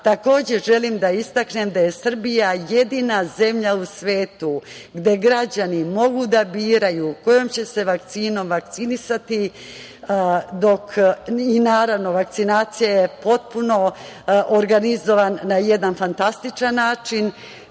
Takođe želim da istaknem da je Srbija jedina zemlja u svetu gde građani mogu da biraju kojom će se vakcinom vakcinisati i naravno vakcinacija je potpuno organizovana na jedan fantastičan način.